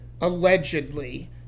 allegedly